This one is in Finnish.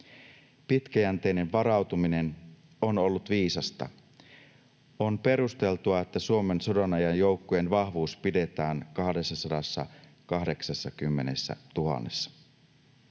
Pitkäjänteinen varautuminen on ollut viisasta. On perusteltua, että Suomen sodanajan joukkojen vahvuus pidetään 280 000:ssa.